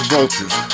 Vultures